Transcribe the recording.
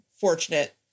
fortunate